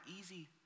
easy